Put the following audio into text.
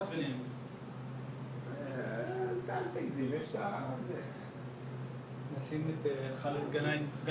שבבית החולים בנהריה יהיה מכשיר פט סיטי לא ייתכן שבבית החולים הגדול